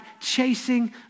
chasing